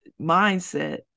mindset